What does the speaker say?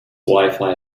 wifi